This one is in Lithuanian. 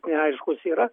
neaiškus yra